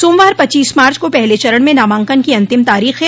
सोमवार पच्चीस मार्च को पहले चरण में नामांकन की अन्तिम तारोख है